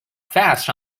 fast